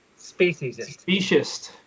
Speciesist